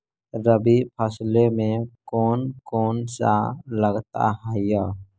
रबी फैसले मे कोन कोन सा लगता हाइय?